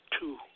two